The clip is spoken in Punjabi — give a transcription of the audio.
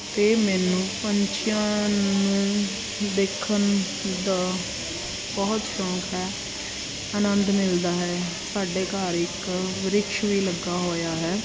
ਅਤੇ ਮੈਨੂੰ ਪੰਛੀਆਂ ਨੂੰ ਦੇਖਣ ਦਾ ਬਹੁਤ ਸ਼ੌਕ ਹੈ ਆਨੰਦ ਮਿਲਦਾ ਹੈ ਸਾਡੇ ਘਰ ਇੱਕ ਬ੍ਰਿਕਸ਼ ਵੀ ਲੱਗਾ ਹੋਇਆ ਹੈ